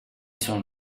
son